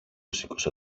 σήκωσε